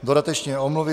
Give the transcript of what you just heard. Dodatečně omluvy.